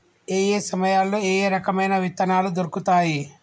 ఏయే సమయాల్లో ఏయే రకమైన విత్తనాలు దొరుకుతాయి?